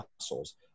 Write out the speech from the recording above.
muscles